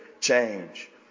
change